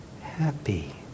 happy